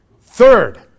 Third